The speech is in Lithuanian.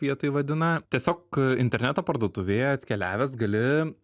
jie tai vadina tiesiog interneto parduotuvėje atkeliavęs gali